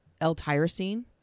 L-tyrosine